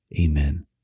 Amen